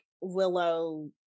Willow